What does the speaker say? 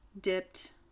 dipped